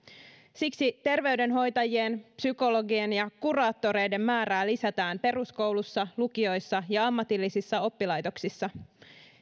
siksi terveydenhoitajien psykologien ja kuraattoreiden määrää lisätään peruskoulussa lukioissa ja ammatillisissa oppilaitoksissa